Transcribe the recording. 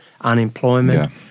unemployment